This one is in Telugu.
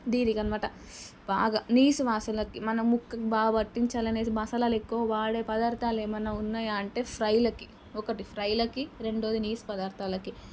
దీనికి అన్నమాట బాగా నీచు వాసలకి మనం ముక్కకి బాగా పట్టించాలి అనేసి మసాలాలు ఎక్కువగా వాడే పదార్థాలు ఏమైనా ఉన్నాయా అంటే ఫ్రైలకి ఒకటి ఫ్రైలకి రెండోది నీచు పదార్థాలకి